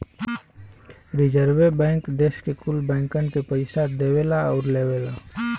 रीजर्वे bank देस के कुल बैंकन के पइसा देवला आउर लेवला